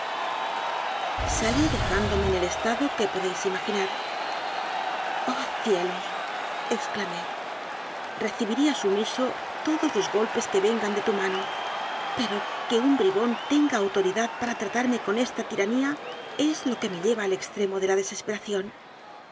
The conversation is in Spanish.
salió dejándome en el estado que podéis ima ginar joh cielos exclamé recibiría sumiso todos s golpes que vengan de tu mano pero que un bribón tenga autoridad para tratarme con esta tiranía es lo que me lleva al extremo de la deses